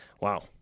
Wow